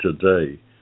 today